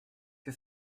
que